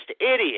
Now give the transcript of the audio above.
idiot